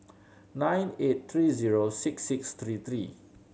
nine eight three zero six six three three